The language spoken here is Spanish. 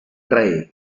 rey